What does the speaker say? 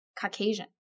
Caucasian